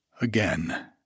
Again